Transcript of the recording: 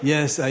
Yes